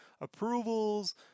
approvals